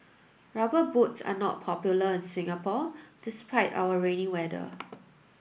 rubber boots are not popular in Singapore despite our rainy weather